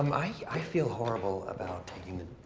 um i i feel horrible about taking the.